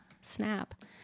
snap